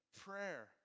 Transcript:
prayer